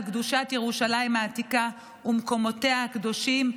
קדושת ירושלים העתיקה ומקומותיה הקדושים,